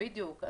בדיוק.